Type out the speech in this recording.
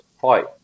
fight